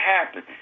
happen